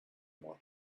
more